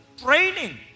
Training